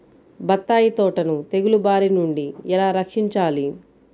బత్తాయి తోటను తెగులు బారి నుండి ఎలా రక్షించాలి?